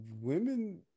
women